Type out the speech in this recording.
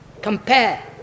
Compare